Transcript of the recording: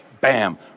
bam